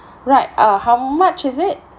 right uh how much is it